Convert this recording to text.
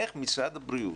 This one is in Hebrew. איך משרד הבריאות,